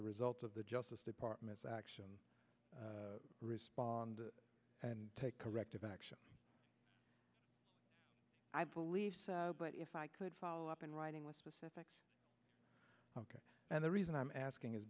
a result of the justice department's action respond and take corrective action i believe but if i could follow up in writing with specifics and the reason i'm asking is